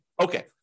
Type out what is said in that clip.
Okay